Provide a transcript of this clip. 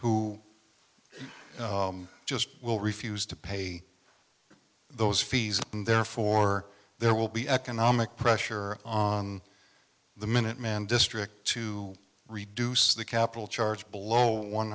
who just will refuse to pay those fees and therefore there will be economic pressure on the minuteman district to reduce the capital charge below one